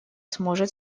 сможет